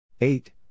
eight